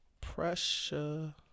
Pressure